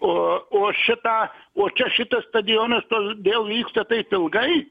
o šitą o čia šitas stadionas todėl vyksta taip ilgai